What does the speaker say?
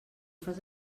fas